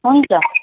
हुन्छ